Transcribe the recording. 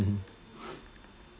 mmhmm